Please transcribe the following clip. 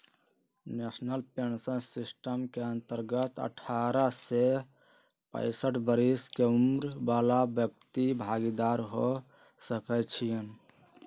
national pension system के अंतर्गत अठारह से पैंसठ बरिश के उमर बला व्यक्ति भागीदार हो सकइ छीन्ह